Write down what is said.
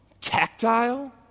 tactile